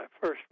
first